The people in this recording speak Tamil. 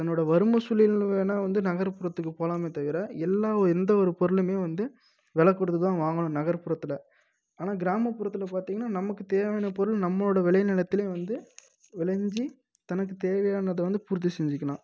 என்னோட வறுமை சூழல் வேணால் வந்து நகர்புறத்துக்கு போகலாமே தவிற எல்லா எந்த ஒரு பொருளுமே வந்து வெலை கொடுத்து தான் வாங்கணும் நகர்புறத்தில் ஆனால் கிராமபுறத்தில் பார்த்தீங்கனா நமக்கு தேவையான பொருள் நம்மளோட விளை நிலத்தில் வந்து விளைஞ்சி தனக்கு தேவையானதை வந்து பூர்த்தி செஞ்சுக்கலாம்